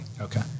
Okay